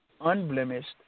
unblemished